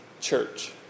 church